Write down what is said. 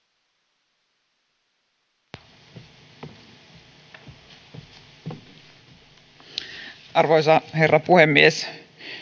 arvoisa herra puhemies